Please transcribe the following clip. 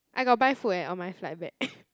I got buy food eh on my flight back